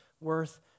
worth